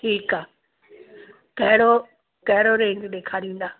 ठीकु आहे कहिड़ो कहिड़ो रेंज ॾेखारींदा